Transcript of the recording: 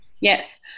Yes